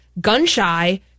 gun-shy